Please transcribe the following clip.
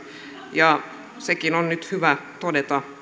ja sekin on nyt hyvä todeta